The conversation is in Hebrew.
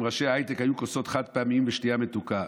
ראשי ההייטק היו כוסות חד-פעמיות ושתייה מתוקה?